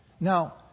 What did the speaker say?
Now